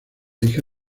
hija